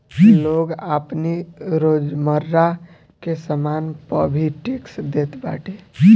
लोग आपनी रोजमर्रा के सामान पअ भी टेक्स देत बाटे